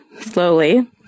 slowly